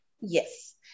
yes